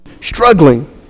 struggling